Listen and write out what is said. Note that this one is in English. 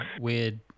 weird